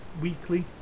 weekly